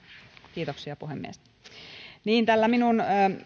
kiitoksia puhemies tällä minun